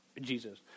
Jesus